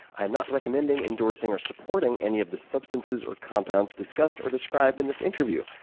i am not recommending, endorsing or supporting any of the substances or compounds discussed or described in this interview,